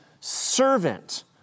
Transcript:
servant